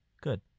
Good